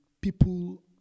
people